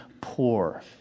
poor